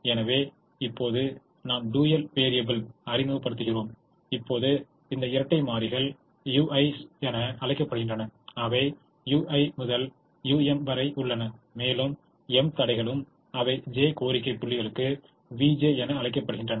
எனவே இப்போது நாம் டூயல் வேரீயபிலை அறிமுகப்படுத்துகிறோம் இப்போது இந்த இரட்டை மாறிகள் ui's என அழைக்கப்படுகின்றன அவை u1 முதல் um வரை உள்ளன மேலும் m தடைகளுக்கு அவை j கோரிக்கை புள்ளிகளுக்கு vj என அழைக்கப்படுகின்றன